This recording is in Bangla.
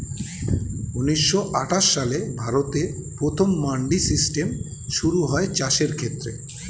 ঊন্নিশো আটাশ সালে ভারতে প্রথম মান্ডি সিস্টেম শুরু হয় চাষের ক্ষেত্রে